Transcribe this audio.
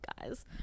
guys